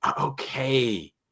Okay